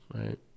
Right